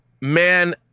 Man